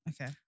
Okay